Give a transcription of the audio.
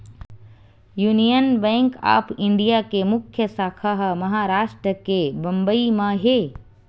union Bank of India के मुख्य साखा ह महारास्ट के बंबई म हे